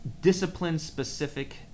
discipline-specific